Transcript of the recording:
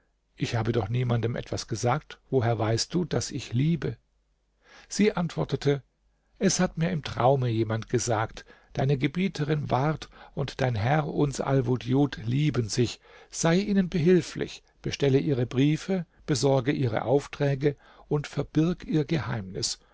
ich habe doch niemanden etwas gesagt woher weißt du daß ich liebe sie antwortete es hat mir im traume jemand gesagt deine gebieterin ward und dein herr uns alwudjud lieben sich sei ihnen behilflich bestelle ihre briefe besorge ihre aufträge und verbirg ihr geheimnis